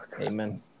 amen